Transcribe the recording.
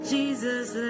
Jesus